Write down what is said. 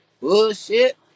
bullshit